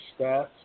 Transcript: stats